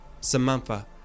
Samantha